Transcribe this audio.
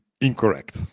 incorrect